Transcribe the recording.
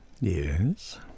Yes